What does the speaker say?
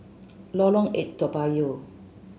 Lorong Eight Toa Payoh